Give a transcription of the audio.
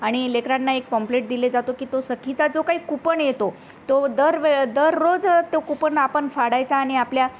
आणि लेकरांना एक पॉम्प्लेट दिले जातो की तो सखीचा जो काही कुपण येतो तो दर वेळ दररोज तो कुपन आपण फाडायचा आणि आपल्या